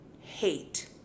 hate